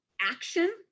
action